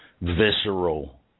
visceral